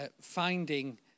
finding